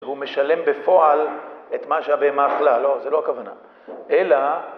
והוא משלם בפועל את מה שהבהמה אכלה, לא, זה לא הכוונה, אלא